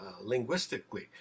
linguistically